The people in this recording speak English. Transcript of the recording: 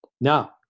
Now